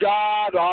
God